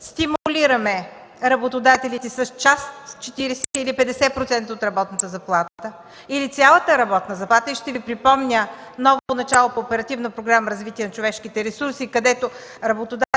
стимулиране на работодателите с 40 или 50% от работната заплата, или цялата работна заплата – ще Ви припомня отново началото по Оперативна програма „Развитие на човешките ресурси”, където работодателите